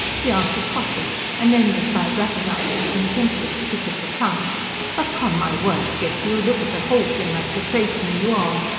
he answered hotly, and ended by rapping out with a contemptuous click of the tongue upon my word, dick, you look at the whole thing like the tradesman you are!